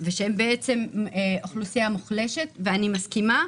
ושהם אוכלוסייה מוחלשת, ואני מסכימה.